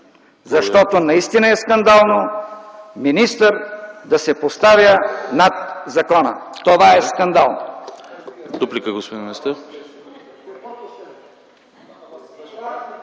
Защото наистина е скандално министър да се поставя над закона. Това е скандално!